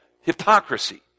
hypocrisy